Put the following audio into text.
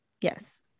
Yes